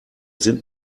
sind